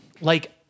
Like-